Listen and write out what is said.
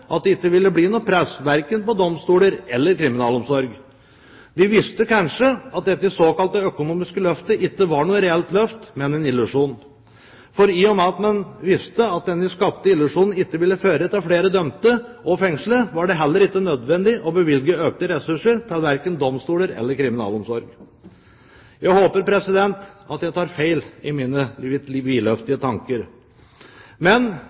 at det ikke ville bli noe press verken på domstoler eller kriminalomsorg. De visste kanskje at dette såkalte økonomiske løftet ikke var noe reelt løft, men en illusjon. For i og med at man visste at denne skapte illusjonen ikke ville føre til flere dømte og fengslede, var det heller ikke nødvendig å bevilge økte ressurser til verken domstoler eller kriminalomsorg. Jeg håper jeg tar feil i mine vidløftige tanker. Men